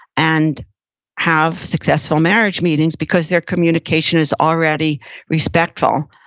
and have successful marriage meetings because their communication is already respectful.